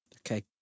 Okay